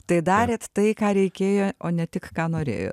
tai darėt tai ką reikėjo o ne tik ką norėjo